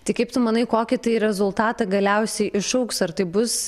tai kaip tu manai į kokį tai rezultatą galiausiai išaugs ar tai bus